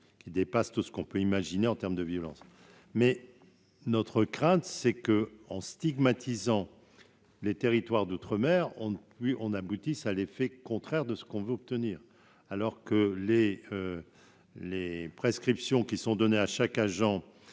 qui dépasse tout ce qu'on peut imaginer en termes de violence, mais notre crainte, c'est que, en stigmatisant les territoires d'outre-mer ont oui on aboutisse à l'effet contraire de ce qu'on veut obtenir, alors que les les prescriptions qui sont données à chaque agent